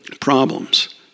problems